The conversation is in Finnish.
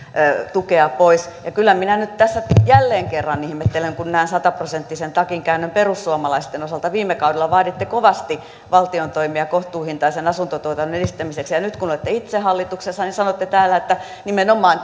tukea pois kyllä minä nyt tässä jälleen kerran ihmettelen kun näen sata prosenttisen takinkäännön perussuomalaisten osalta viime kaudella vaaditte kovasti valtion toimia kohtuuhintaisen asuntotuotannon edistämiseksi ja nyt kun olette itse hallituksessa niin sanotte täällä että nimenomaan